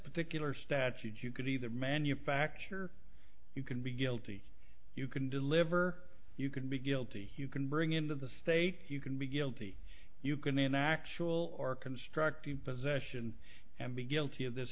particular statute you can either manufacture you can be guilty you can deliver you could be guilty you can bring into the states you can be guilty you can in actual or constructive possession and be guilty of this